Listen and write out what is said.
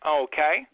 Okay